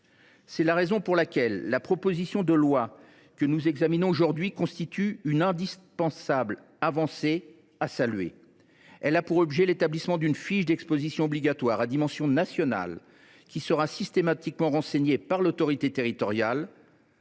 de protection effectives. La proposition de loi que nous examinons aujourd’hui constitue une indispensable avancée qu’il convient de saluer. Elle a pour objet l’établissement d’une fiche d’exposition obligatoire d’application nationale qui sera systématiquement renseignée par l’autorité territoriale,